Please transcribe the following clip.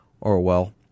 Orwell